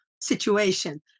situation